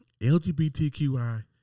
LGBTQI